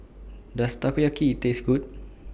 Does Takoyaki Taste Good